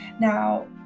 Now